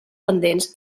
pendents